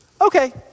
okay